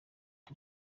uko